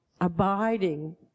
abiding